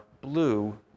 blue